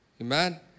Amen